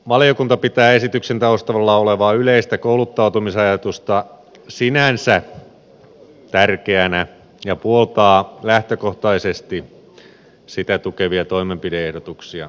valiokunta pitää esityksen taustalla olevaa yleistä kouluttautumisajatusta sinänsä tärkeänä ja puoltaa lähtökohtaisesti sitä tukevia toimenpide ehdotuksia